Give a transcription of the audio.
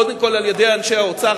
קודם כול על-ידי אנשי האוצר,